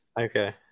Okay